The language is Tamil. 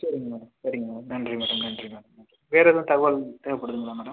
சரிங்க மேடம் சரிங்க மேடம் நன்றி மேடம் நன்றி மேடம் வேறு எதுவும் தகவல் தேவைப்படுதுங்களா மேடம்